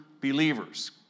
believers